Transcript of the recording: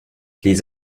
les